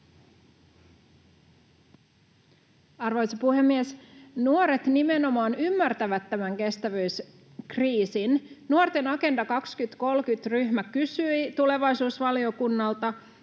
Arvoisa puhemies! Nuoret nimenomaan ymmärtävät tämän kestävyyskriisin. Nuorten Agenda 2030 ‑ryhmä kysyi tulevaisuusvaliokunnalta,